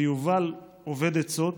ויובל אובד עצות,